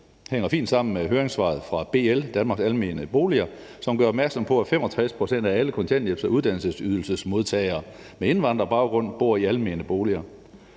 hænger fint sammen med høringssvaret fra BL, Danmarks Almene Boliger, som gør opmærksom på, at 65 pct. af alle kontanthjælps- og uddannelsesydelsesmodtagere med indvandrerbaggrund bor i almene boliger.